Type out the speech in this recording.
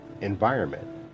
environment